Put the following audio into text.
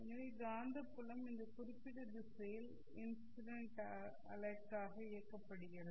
எனவே காந்தப்புலம் இந்த குறிப்பிட்ட திசையில் இன்சிடெண்ட் அலைக்காக இயக்கப்படுகிறது